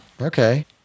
Okay